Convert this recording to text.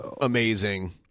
amazing